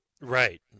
Right